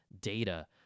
data